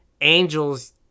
angels